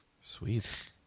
Sweet